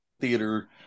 theater